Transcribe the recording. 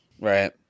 Right